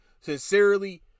sincerely